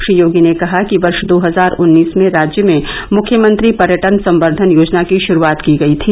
श्री योगी ने कहा कि वर्ष दो हजार उन्नीस में राज्य में मुख्यमंत्री पर्यटन संवर्धन योजना की शुरूआत की गयी थी